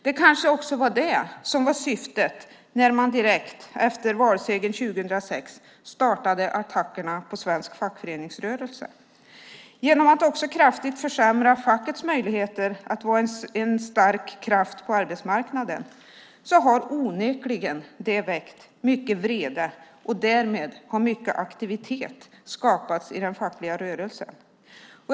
Det kanske också var det som var syftet när man direkt efter valsegern 2006 startade attackerna på svensk fackföreningsrörelse genom att kraftigt försämra fackets möjligheter att vara en stark kraft på arbetsmarknaden. Det har onekligen väckt mycket vrede, och därmed har mycket aktivitet skapats i den fackliga rörelsen.